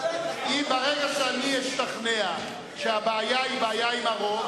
ברגע שאני אשתכנע שהבעיה היא בעיה של רוב,